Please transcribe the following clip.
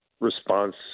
response